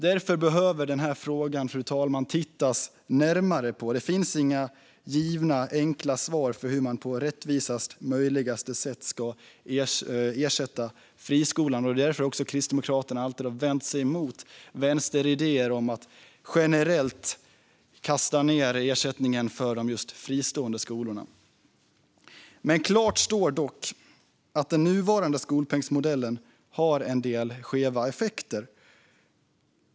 Därför behöver man titta närmare på den här frågan. Det finns inga givna enkla svar för hur man på rättvisast möjliga sätt ska ersätta friskolorna. Det är därför som Kristdemokraterna alltid har vänt sig emot vänsteridéer om att generellt sätta ned ersättningen för just de fristående skolorna. Men klart står dock att den nuvarande skolpengsmodellen har en del skeva effekter.